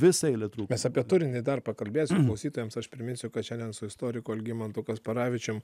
visą eilę trupės apie turinį dar pakalbėsime mokytojams aš priminsiu kad šiandien su istoriku algimantu kasparavičiumi